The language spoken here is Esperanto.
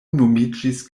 nomiĝis